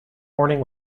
morning